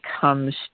comes